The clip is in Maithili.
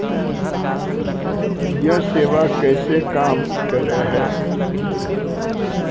यह सेवा कैसे काम करै है?